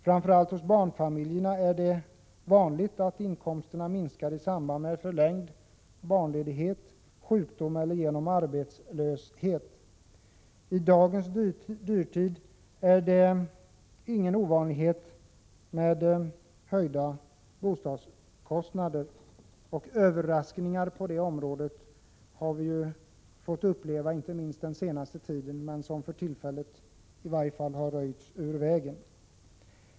Framför allt hos barnfamiljerna är det vanligt att inkomsterna minskar i samband med förlängd barnledighet, sjukdom eller arbetslöshet. I dagens dyrtid är det ingen ovanlighet med höjda bostadskostnader, och överraskningar på det området har vi inte minst fått uppleva den senaste tiden, även om de för tillfället har röjts ur vägen.